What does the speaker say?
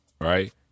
right